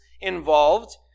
involved